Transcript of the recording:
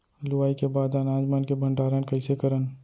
लुवाई के बाद अनाज मन के भंडारण कईसे करन?